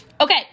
Okay